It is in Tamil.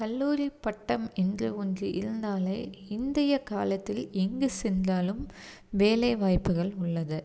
கல்லூரி பட்டம் என்கிற ஒன்று இருந்தால் இன்றைய காலத்தில் எங்கு சென்றாலும் வேலை வாய்ப்புகள் உள்ளது